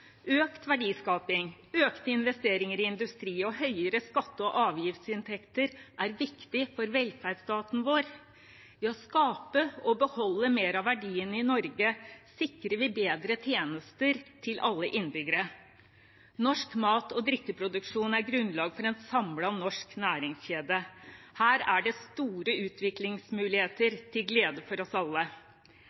økt verdiskaping, økte investeringer i industri og høyere skatte- og avgiftsinntekter er viktig for velferdsstaten vår. Ved å skape og beholde mer av verdiene i Norge sikrer vi bedre tjenester til alle innbyggere. Norsk mat- og drikkeproduksjon er grunnlag for en samlet norsk næringskjede. Her er det store utviklingsmuligheter til glede for oss alle.